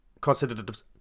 considered